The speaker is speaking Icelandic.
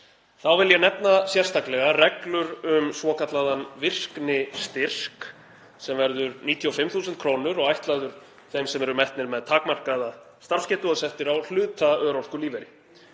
Þá vil ég nefna sérstaklega reglur um svokallaðan virknistyrk, sem verður 95.000 kr. og ætlaður þeim sem eru metnir með takmarkaða starfsgetu og settir á hlutaörorkulífeyri.